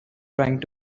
trying